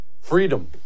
Freedom